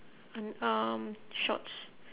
and um shorts